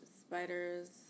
Spiders